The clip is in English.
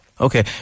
Okay